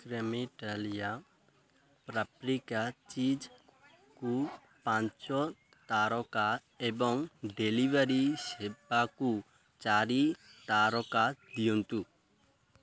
Cremeitalia paprika ଚିଜ୍କୁ ପାଞ୍ଚ ତାରକା ଏବଂ ଡେଲିଭରି ସେବାକୁ ଚାରି ତାରକା ଦିଅନ୍ତୁ